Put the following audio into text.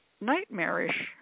nightmarish